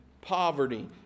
poverty